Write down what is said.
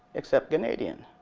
except ganadian.